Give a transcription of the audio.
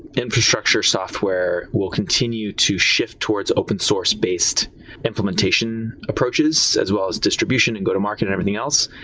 infrastructure software will continue to shift towards open source based implementation approaches as well as distribution and go-to-market and everything else,